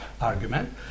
argument